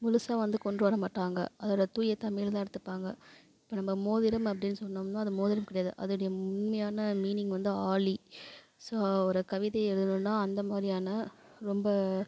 முழுசா வந்து கொண்டு வர மாட்டாங்க அதோட தூய தமிழ் தான் எடுத்துப்பாங்க இப்போ நம்ம மோதிரம் அப்படினு சொன்னோம்னா அது மோதிரம் கிடையாது அதோடைய உண்மையான மீனிங் வந்து ஆழி ஸோ ஒரு கவிதை எழுதுணுன்னா அந்தமாதிரியான ரொம்ப